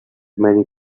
many